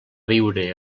viure